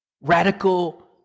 radical